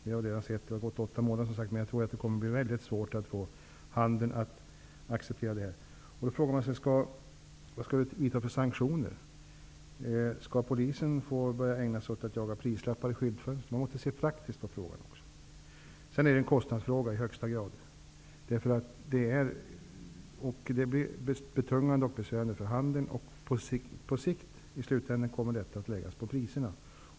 Det har gått åtta månader sedan lagen trädde i kraft, som sagt. Jag tror att det kommer att bli svårt att få handeln att acceptera den. Man frågar sig också vilka sanktioner vi skall vidta. Skall polisen börja ägna sig åt att jaga prislappar i skyltfönstren? Man måste se praktiskt på frågan. Dessutom är det i högsta grad en kostnadsfråga. Det blir betungande och besvärande för handeln. I slutänden kommer det att läggas på priserna.